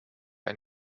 ein